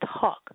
talk